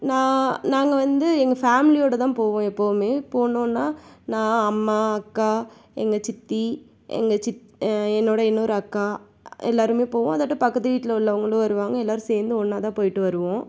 நான் நாங்கள் வந்து எங்கள் ஃபேமிலியோட தான் போவோம் எப்போவுமே போனோன்னா நான் அம்மா அக்கா எங்கள் சித்தி எங்கள் சித் என்னோட இன்னொரு அக்கா எல்லாருமே போவோம் அதாட்டம் பக்கத்து வீட்டில் உள்ளவங்களும் வருவாங்க எல்லாரும் சேர்ந்து ஒன்னாக தான் போய்விட்டு வருவோம்